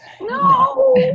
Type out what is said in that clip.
No